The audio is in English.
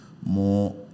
more